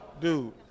Dude